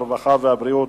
הרווחה והבריאות,